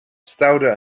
stelde